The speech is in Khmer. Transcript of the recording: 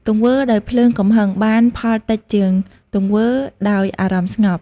ទង្វើដោយភ្លើងកំហឹងបានផលតិចជាងទង្វើដោយអារម្មណ៍ស្ងប់ ។